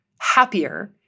happier